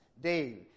Dave